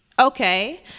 Okay